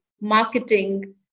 marketing